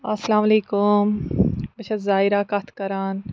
اَلسَلامُ علیکُم بہٕ چھیٚس زایرہ کَتھ کَران